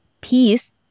peace